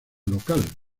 local